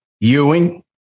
Ewing